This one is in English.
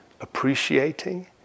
appreciating